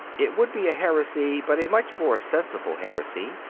it would be a heresy, but a much more sensible heresy,